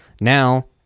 now